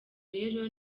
rero